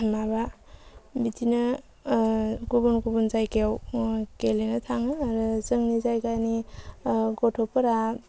माबा बिदिनो गुबुन गुबुन जायगायाव गेलेनो थाङो आरो जोंनि जायगानि गथ'फोरा